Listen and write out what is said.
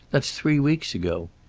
that's three weeks ago.